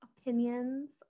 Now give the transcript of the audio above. opinions